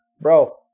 bro